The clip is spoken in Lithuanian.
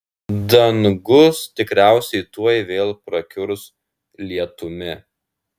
dangus tikriausiai tuoj vėl prakiurs lietumi